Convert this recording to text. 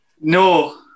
No